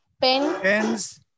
Pens